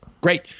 Great